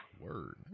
Word